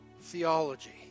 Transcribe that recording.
theology